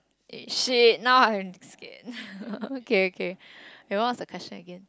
eh shit now I'm scared okay okay it was the question again